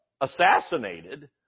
assassinated